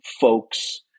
folks